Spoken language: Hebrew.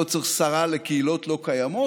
לא צריך שרה לקהילות לא קיימות.